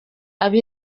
aba